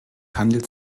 handelt